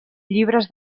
llibres